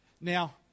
Now